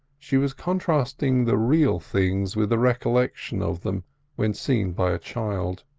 she was contrasting the real things with the recollection of them when seen by a child.